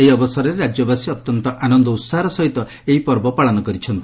ଏହି ଅବସରରେ ରାକ୍ୟବାସୀ ଅତ୍ୟନ୍ତ ଆନନ୍ଦ ଉସାହର ସହିତ ଏହି ପର୍ବ ପାଳନ କରିଛନ୍ତି